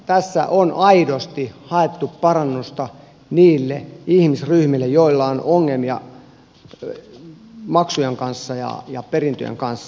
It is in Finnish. tässä on aidosti haettu parannusta niille ihmisryhmille joilla on ongelmia maksujen kanssa ja perintöjen kanssa